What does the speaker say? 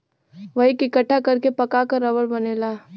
वही के इकट्ठा कर के पका क रबड़ बनेला